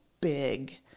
big